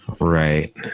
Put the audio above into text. Right